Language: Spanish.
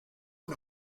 una